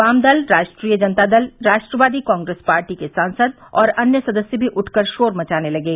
वामदल राष्ट्रीय जनता दल राष्ट्रवादी कांग्रेस पार्टी के सांसद और अन्य सदस्य भी उठकर शोर मचाने लगे